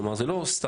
כלומר זה לא סתם.